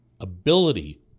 ability